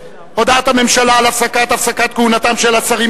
הודעת הממשלה על הפסקת כהונתם של השרים,